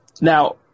Now